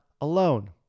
alone